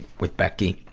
with becky.